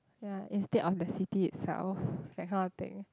ya instead of the city itself that kind of thing